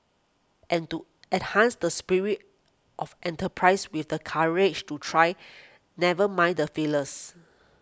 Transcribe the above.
and to enhance the spirit of enterprise with the courage to try never mind the failures